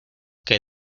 que